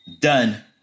done